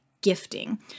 gifting